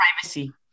privacy